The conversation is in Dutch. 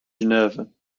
geneve